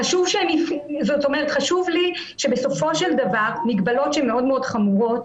חשוב לי שבסופו של דבר מגבלות שהן מאוד מאוד חמורות,